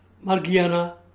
Margiana